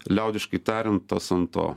liaudiškai tariant tas ant to